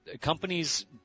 companies